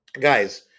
Guys